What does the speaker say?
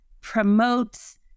promotes